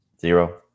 Zero